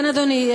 כן, אדוני.